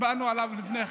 הצבענו עליו לפני כן.